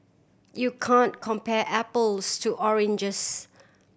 you can compare apples to oranges